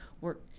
work